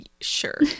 sure